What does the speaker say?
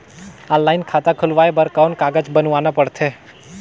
Online खाता खुलवाय बर कौन कागज बनवाना पड़थे?